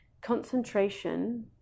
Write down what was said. concentration